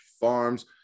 Farms